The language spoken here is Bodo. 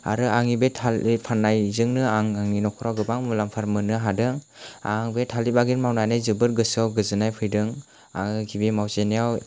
आरो आंनि बे थालिर फाननायजोंनो आं आंनि नख'राव गोबां मुलाम्फा मोननो हादों आं बे थालिर बागाननि मावनानै जोबोद गोसोआव गोजोननाय फैदों आङो बे खेति मावजेननायाव